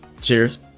Cheers